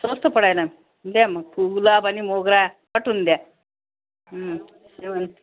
स्वस्त पडायला द्या मग गुलाब आणि मोगरा पाठवून द्या सेव